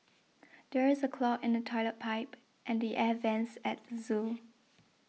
there is a clog in the Toilet Pipe and the Air Vents at the zoo